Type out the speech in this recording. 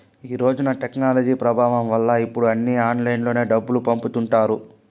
ఈ రోజున టెక్నాలజీ ప్రభావం వల్ల ఇప్పుడు అన్నీ ఆన్లైన్లోనే డబ్బులు పంపుతుంటారు